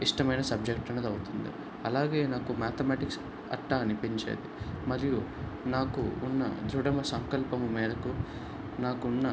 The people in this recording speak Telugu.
ఇష్టమైన సబ్జెక్ట్ అనేది అవుతుంది అలా నాకు మ్యాథమెటిక్స్ అలా అనిపించేది మరియు నాకు ఉన్న దృఢ సంకల్పం మేరకు నాకున్న